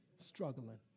struggling